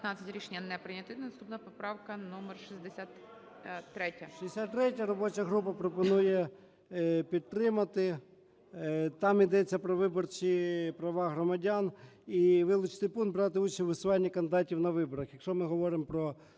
робоча група пропонує підтримати. Там ідеться про виборчі права громадян і вилучити пункт "брати участь у висуванні кандидатів на виборах",